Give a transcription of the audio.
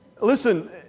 Listen